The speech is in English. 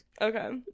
okay